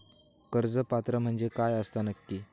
कर्ज पात्र म्हणजे काय असता नक्की?